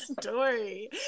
story